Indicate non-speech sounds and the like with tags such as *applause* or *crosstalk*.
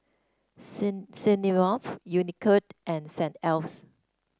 *unintelligible* Smirnoff Unicurd and Saint Ives